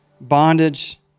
bondage